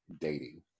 Dating